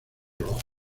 rojos